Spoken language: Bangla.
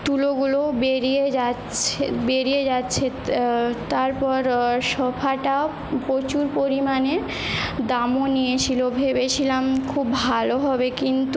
তুলোগুলোও বেরিয়ে যাচ্ছে বেরিয়ে যাচ্ছে তারপর সোফাটা প্রচুর পরিমাণে দামও নিয়েছিল ভেবেছিলাম খুব ভালো হবে কিন্তু